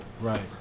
Right